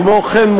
כמו כן,